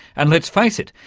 and let's face it,